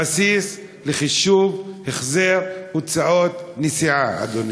הבסיס לחישוב החזר הוצאות נסיעה, אדוני.